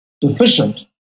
deficient